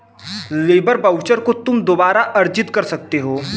labour voucher को तुम दोबारा अर्जित कर सकते हो